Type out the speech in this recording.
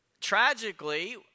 Tragically